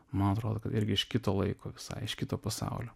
man atrodo kad irgi iš kito laiko visai iš kito pasaulio